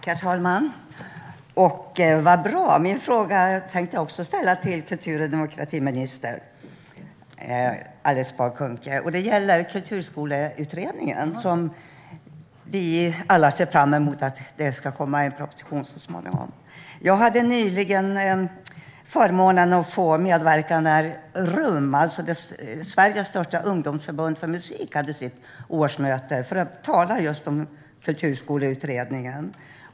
Herr talman! Min fråga går också till kultur och demokratiminister Alice Bah Kuhnke. Frågan gäller kulturskoleutredningen. Vi ser alla ser fram emot att det så småningom ska komma en proposition. Jag hade nyligen förmånen att få medverka när Rum - Sveriges största ungdomsförbund för musik - hade sitt årsmöte, för att tala om just kulturskoleutredningen.